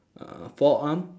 uh forearm